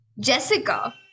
Jessica